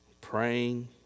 praying